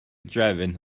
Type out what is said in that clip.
drefn